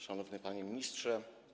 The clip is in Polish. Szanowny Panie Ministrze!